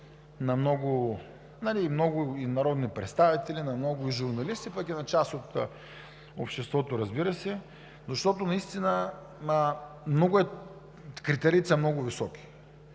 на много народни представители, на много журналисти, пък и на част от обществото, разбира се, защото критериите са много високи